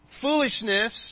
Foolishness